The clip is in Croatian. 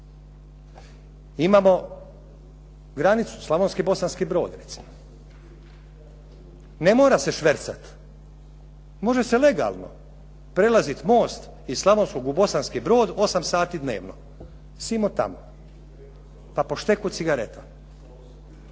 imamo granicu Slavonski, Bosanski Brod recimo. Ne mora se švercati, može se legalno prelaziti iz Slavonski u Bosanski Brod 8 sati dnevno. Simo-tamo, pa po šteku cigareta,